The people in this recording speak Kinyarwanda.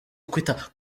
kwita